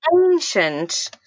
ancient